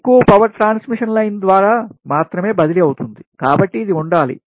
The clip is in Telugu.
ఎక్కువ పవర్ ట్రాన్స్మిషన్ లైన్ ద్వారా మాత్రమే బదిలీ అవుతుంది కాబట్టి ఇది ఉండాలి